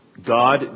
God